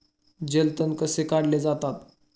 जलतण कसे काढले जातात?